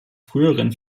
früheren